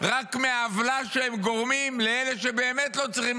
רק מהעוולה שהם גורמים לאלה שבאמת לא צריכים